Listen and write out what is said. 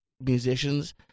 musicians